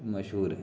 مشہور ہیں